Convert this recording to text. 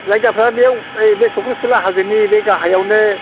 जायगाफ्रा बेयाव बे चख्रसिला हाजोनि बे गाहायावनो